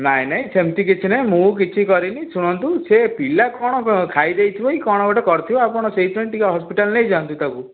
ନାହିଁ ନାହିଁ ସେମିତି କିଛି ନାହିଁ ମୁଁ କିଛି କରିନି ଶୁଣନ୍ତୁ ସେ ପିଲା କ'ଣ ଖାଇ ଦେଇଥିବ କି କ'ଣ ଗୋଟେ କରିଥିବ ଆପଣ ସେଇଥିପାଇଁ ଟିକିଏ ହସ୍ପିଟାଲ୍ ନେଇଯାଆନ୍ତୁ ତାକୁ